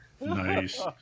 Nice